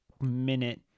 minute